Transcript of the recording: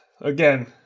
Again